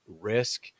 risk